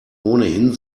ohnehin